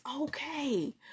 okay